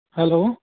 hello